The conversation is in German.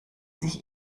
sich